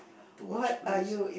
to watch plays